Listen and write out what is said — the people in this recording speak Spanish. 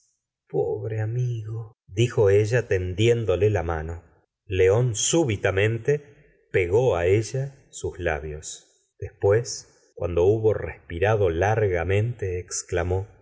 pobre amigo dijo ella tendiéndole la mano león súbitamente pegó á ella sus labios después cuando hubo respirado largamente exclamó